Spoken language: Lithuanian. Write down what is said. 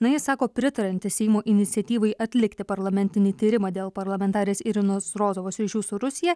na jis sako pritarianti seimo iniciatyvai atlikti parlamentinį tyrimą dėl parlamentarės irinos rozovos ryšių su rusija